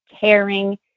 caring